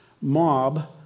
mob